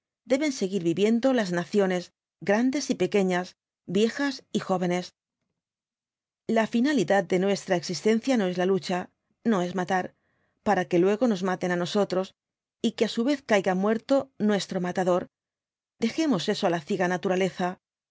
deben seguir viviendo las naciones grandes y pequeñas viejas y jóvenes la finalidad de nuestra existencia no es la lucha no es matar para que luego nos maten á nosotros y que á su vez v blasoo ibáñbz caiga muerto nuestro matador dejemos eso á la cieg a naturaleza